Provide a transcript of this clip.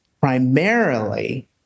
primarily